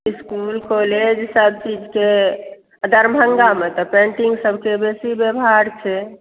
इसकुल कॉलेजसभ चीजके दरभङ्गामे तऽ पेंटिंगसभके बेसी व्यवहार छै